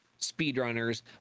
speedrunners